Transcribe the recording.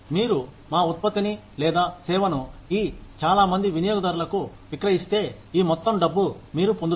మీరు మా ఉత్పత్తిని లేదా సేవను ఈ చాలా మంది వినియోగదారులకు విక్రయిస్తే ఈ మొత్తం డబ్బు మీరు పొందుతారు